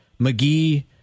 McGee